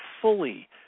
fully